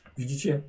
widzicie